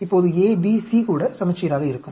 இப்போது A B C கூட சமச்சீராக இருக்கும்